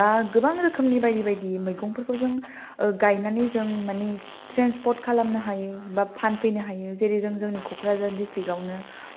बा गोबां रोखोमनि बायदि बायदि मैगंफोरखौ जों गायनानै जोंमानि ट्रेनसपद खालामनो हायो बा फानफैनो हायो जेरै जोंनि क'क्राझार दिस्टिकआवनो